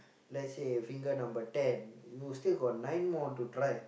let's say finger number ten you still got nine more to try